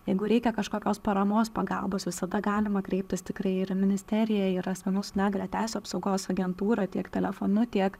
jeigu reikia kažkokios paramos pagalbos visada galima kreiptis tikrai ir į ministeriją ir į asmenų su negalia teisių apsaugos agentūrą tiek telefonu tiek